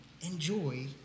Enjoy